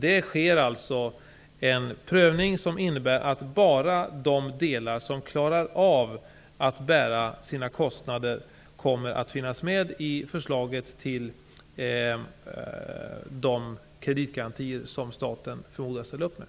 Det sker alltså en prövning som innebär att bara de delar som klarar av att bära sina kostnader kommer att finnas med i förslaget till de kreditgarantier som staten förmodas ställa upp med.